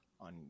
on